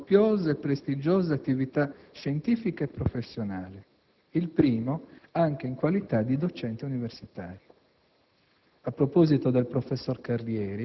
ed entrambi hanno all'attivo una copiosa e prestigiosa attività scientifica e professionale (il primo anche in qualità di docente universitario).